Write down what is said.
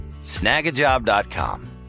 Snagajob.com